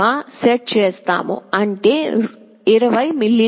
02 గా సెట్ చేసాము అంటే 20 మిల్లీసెకన్లు